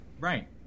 Right